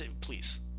Please